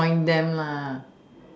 join them